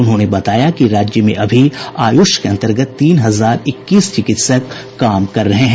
उन्होंने बताया कि राज्य में अभी आयुष के अन्तर्गत तीन हजार इक्कीस चिकित्सक काम कर रहे हैं